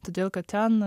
todėl kad ten